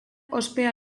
ospea